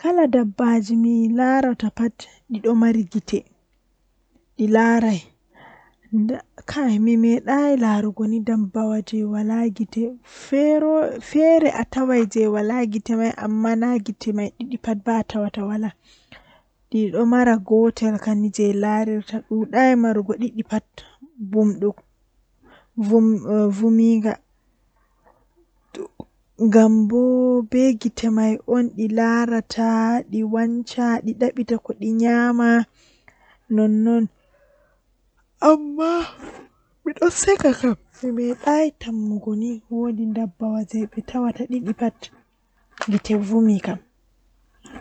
To ɓeɗon hola aranndewol kam mi darnan ɓe mi holinaɓe kala mo meti vilago pat mi fartan mo haa nder suudu jangirde am malla mi hokka mo mi wadamo kuugal feere jei yarnatamo bone to o accai.